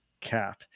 cap